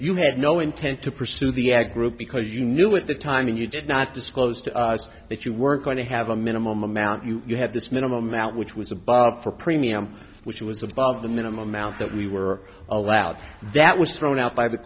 you had no intent to pursue the ag group because you knew with the time you did not disclose to us that you weren't going to have a minimum amount you have this minimum amount which was above for premium which was of the minimum amount that we were allowed that was thrown out by the